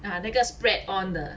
ah 这个 spread on the